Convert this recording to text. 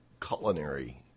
culinary